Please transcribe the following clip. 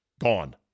gone